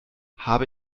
habe